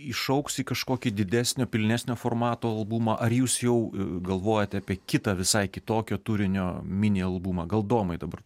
išaugs į kažkokį didesnio pilnesnio formato albumą ar jūs jau galvojate apie kitą visai kitokio turinio mini albumą gal domai dabar